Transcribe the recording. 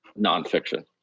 nonfiction